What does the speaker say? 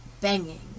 banging